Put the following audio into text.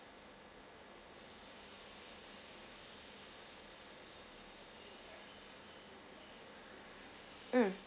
mm